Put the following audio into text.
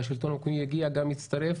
מהשלטון המקומי יגיע ויצטרף